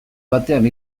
batean